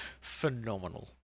phenomenal